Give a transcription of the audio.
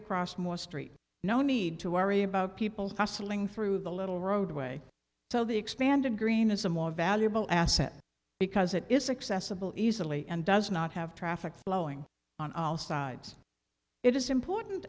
across more street no need to worry about people tussling through the little roadway so the expanded green is a more valuable asset because it is excessive bill easily and does not have traffic flowing on all sides it is important